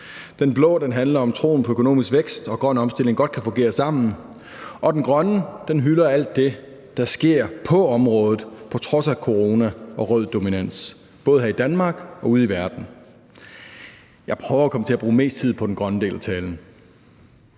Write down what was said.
Den blå handler om, at troen på økonomisk vækst og grøn omstilling godt kan fungere sammen. Og den grønne hylder alt det, der sker på området på trods af corona og rød dominans, både her i Danmark og ude i verden. Jeg vil prøve at komme til at bruge mest tid på den grønne tale.